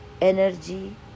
energy